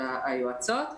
היועצות.